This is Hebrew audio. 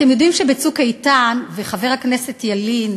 אתם יודעים שב"צוק איתן" וחבר הכנסת ילין